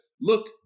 look